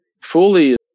fully